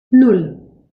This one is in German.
nan